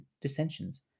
dissensions